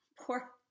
poor